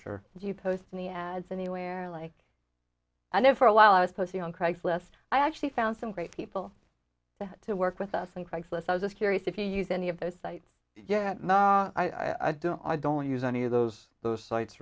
sure do you post any ads anywhere like i know for a while i was posting on craigslist i actually found some great people to work with us on craigslist i was just curious if you use any of those sites yeah i don't i don't use any of those those sites